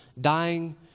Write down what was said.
dying